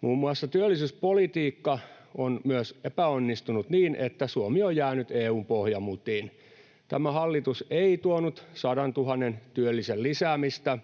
Muun muassa työllisyyspolitiikka on myös epäonnistunut, niin että Suomi on jäänyt EU:n pohjamutiin. Tämä hallitus ei tuonut 100 000 työllisen lisäämistä,